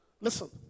listen